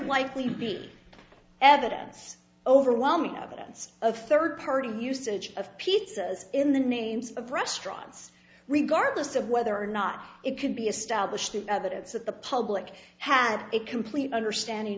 likely be evidence overwhelming evidence of third party usage of pizzas in the names of restaurants regardless of whether or not it could be established in evidence that the public had a complete understanding